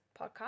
podcast